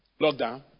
lockdown